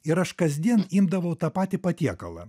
ir aš kasdien imdavau tą patį patiekalą